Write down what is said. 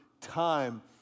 time